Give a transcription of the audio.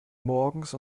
morgens